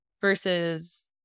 Versus